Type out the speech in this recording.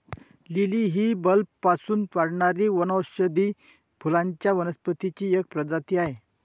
lily ही बल्बपासून वाढणारी वनौषधी फुलांच्या वनस्पतींची एक प्रजाती आहे